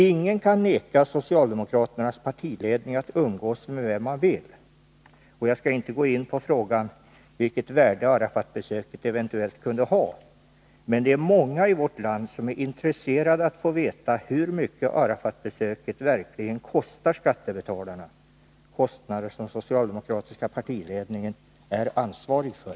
Ingen kan vägra socialdemokraternas partiledning att umgås med vem man vill, och jag skall inte gå in på frågan vilket värde Arafat-besöket eventuellt kunde ha. Men det är många i vårt land som är intresserade av att få veta hur mycket Arafat-besöket verkligen kostar skattebetalarna — kostnader som den socialdemokratiska partiledningen är ansvarig för.